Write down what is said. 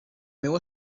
meu